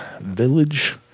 village